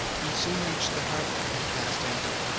we soon reached the harbour, and cast anchor.